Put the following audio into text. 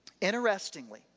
interestingly